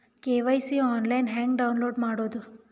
KYC online ಹೆಂಗ್ download ಮಾಡೋದು?